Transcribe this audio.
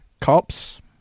cops